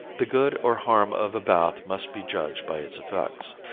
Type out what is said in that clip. the good or harm of a bath must be judged by its effects.